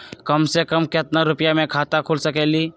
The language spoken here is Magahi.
कम से कम केतना रुपया में खाता खुल सकेली?